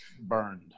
burned